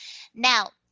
now